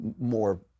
more